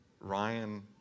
Ryan